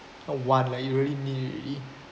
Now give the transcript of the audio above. not want lah you really need already